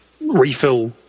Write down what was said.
refill